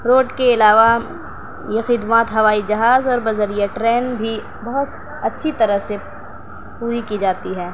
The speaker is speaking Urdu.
روڈ کے علاوہ یہ خدمات ہوائی جہاز اور بذریعہ ٹرین بھی بہت اچّھی طرح پوری کی جاتی ہے